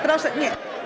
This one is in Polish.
Proszę, nie.